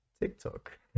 TikTok